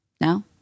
no